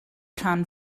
rhan